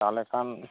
ᱛᱟᱦᱚᱞᱮ ᱠᱷᱟᱱ